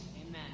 Amen